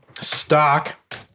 stock